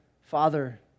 Father